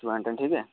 सनाह्गा ठीक ऐ